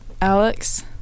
Alex